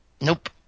Nope